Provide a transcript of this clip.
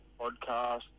podcast